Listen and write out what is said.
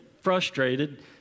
frustrated